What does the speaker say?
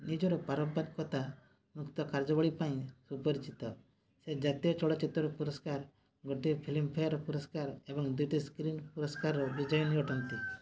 ନିଜର ପାରମ୍ପରିକତାମୁକ୍ତ କାର୍ଯ୍ୟାବଳୀ ପାଇଁ ସୁପରିଚିତ ସେ ଜାତୀୟ ଚଳଚ୍ଚିତ୍ର ପୁରସ୍କାର ଗୋଟିଏ ଫିଲ୍ମଫେୟାର ପୁରସ୍କାର ଏବଂ ଦୁଇଟି ସ୍କ୍ରିନ୍ ପୁରସ୍କାରର ବିଜୟିନୀ ଅଟନ୍ତି